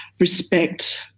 respect